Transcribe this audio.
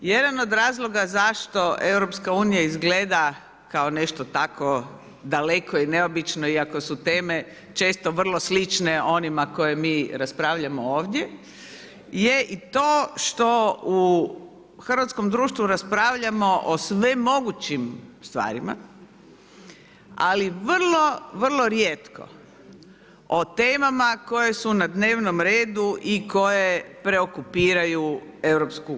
Jedan od razloga zašto EU izgleda kao nešto tako daleko i neobično iako su teme često vrlo slične onima koje mi raspravljamo ovdje je i to što u hrvatskom društvu raspravljamo o svemogućim stvarima ali vrlo, vrlo rijetko o temama koje su na dnevnom redu i koje preokupiraju EU.